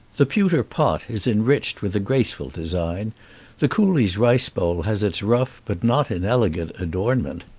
the pewter pot is enriched with a graceful design the coolie's rice bowl has its rough but not inelegant adornment.